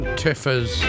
tiffers